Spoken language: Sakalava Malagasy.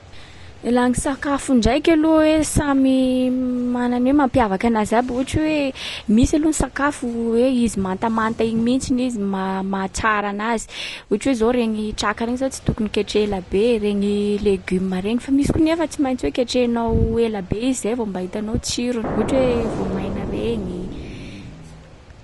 Laha gny sakafo ndraiky aloha e samy imana ny hoe mampiavaka anazy aby. Ohatra hoe misy aloha ny sakafo hoe izy mantamanta iny mihitsiny izy ma- mahatsara anazy, ohatry hoe zao regny traka regny zao tsy tokony ketreha ela be, regny legumes regny. Fa misy koa nefa tsy maintsy hoe ketrehinao ela be izy zay vao mba hitanao tsirony, ohatra hoe voamaina regny.